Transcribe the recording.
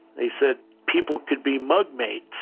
they said people could be mug mates.